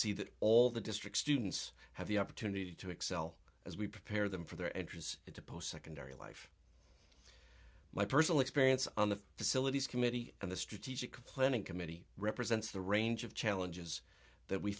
see that all the district students have the opportunity to excel as we prepare them for their entrance into post secondary life my personal experience on the facilities committee and the strategic planning committee represents the range of challenges that we